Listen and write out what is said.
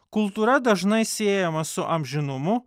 kultūra dažnai siejama su amžinumu